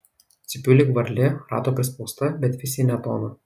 cypiu lyg varlė rato prispausta bet vis į ne toną